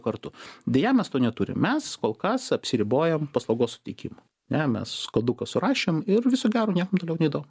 kartu deja mes to neturim mes kol kas apsiribojam paslaugos suteikimu ne mes koduką surašėm ir viso gero niekam toliau neįdomu